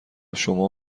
شما